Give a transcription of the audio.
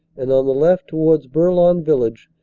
and on the left, towards bourlon village,